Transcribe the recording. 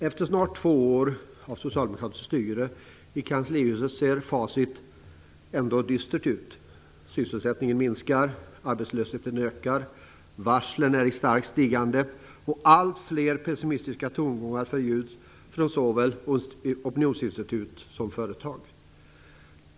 Efter snart två år av socialdemokratiskt styre i kanslihuset ser facit dystert ut: sysselsättningen minskar, arbetslösheten ökar, varslen är i starkt stigande och alltfler pessimistiska tongångar förljuds från såväl opinionsinstitut som företag.